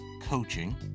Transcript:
coaching